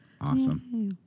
Awesome